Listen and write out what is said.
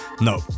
No